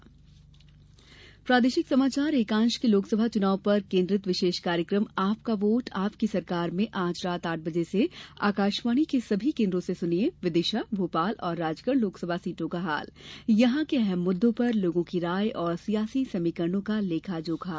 विशेष कार्यक्रम प्रादेशिक समाचार एकांश के लोकसभा चुनाव पर केन्द्रित विशेष कार्यक्रम आपका वोट आपकी सरकार में आज रात आठ बजे से आकाशवाणी के सभी केन्द्रों से सुनिए विदिशा भोपाल और राजगढ़ लोकसभा सीटों का हाल यहां के अहम मुददों पर लोगों की राय और सियासी समीकरणों का लेखा जोखा